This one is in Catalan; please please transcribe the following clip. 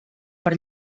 per